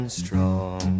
strong